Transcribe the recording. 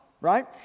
right